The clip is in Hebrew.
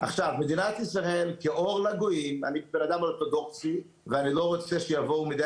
אין אף מדינה שמאזרחת באופן מיידי, לקלוט ולאזרח